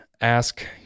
ask